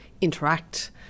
interact